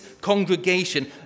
congregation